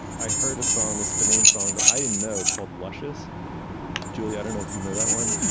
i heard a song a banana song that i didn't know called luscious julia i don't know if you know that one